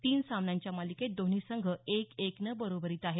तीन सामन्यांच्या मालिकेत दोन्ही संघ एक एकनं बरोबरीत आहेत